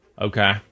Okay